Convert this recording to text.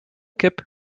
kip